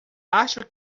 acho